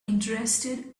interested